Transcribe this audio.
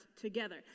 together